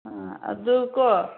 ꯑꯗꯨ ꯀꯣ